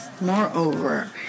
Moreover